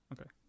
Okay